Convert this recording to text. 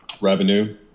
revenue